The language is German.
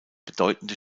bedeutende